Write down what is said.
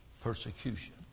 persecution